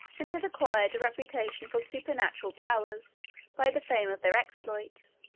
and had acquired a reputation for supernatural powers by the fame of their exploits,